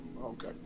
okay